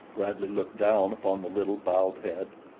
bradley looked down upon the little bowed head.